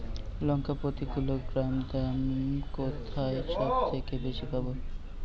লঙ্কা প্রতি কিলোগ্রামে দাম কোথায় সব থেকে বেশি পাব?